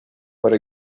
with